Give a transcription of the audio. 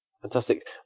Fantastic